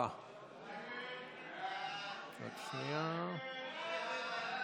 4. הצבעה.